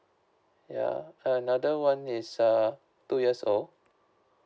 ya another one is uh two years old